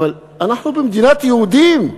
אבל אנחנו במדינת יהודים.